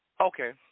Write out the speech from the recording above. Okay